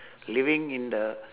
living in the